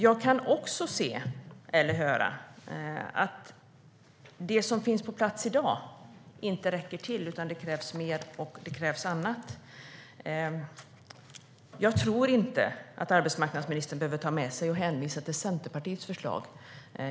Jag kan också höra att det som finns på plats i dag inte räcker till utan att det krävs mer och annat. Jag tror inte att arbetsmarknadsministern behöver ta med sig eller hänvisa till Centerpartiets förslag.